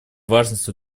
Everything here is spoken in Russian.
важность